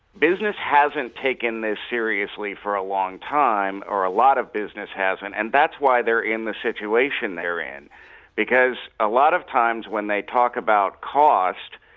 hasn't taken this seriously for a long time or a lot of business hasn't and that's why they're in the situation they're in because a lot of times when they talk about cost,